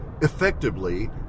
effectively